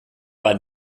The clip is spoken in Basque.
bat